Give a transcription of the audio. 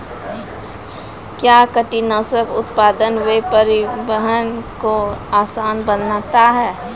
कया कीटनासक उत्पादन व परिवहन को आसान बनता हैं?